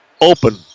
Open